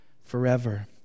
forever